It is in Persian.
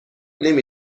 نمی